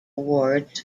awards